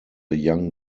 young